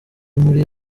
muri